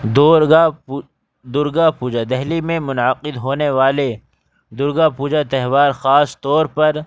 دورگا درگا پوجا دہلی میں منعقد ہونے والے درگا پوجا تہوار خاص طور پر